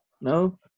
No